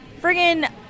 friggin